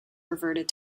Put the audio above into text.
reverted